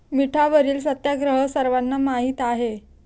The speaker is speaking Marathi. मिठावरील सत्याग्रह सर्वांना माहीत आहे